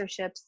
sponsorships